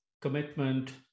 commitment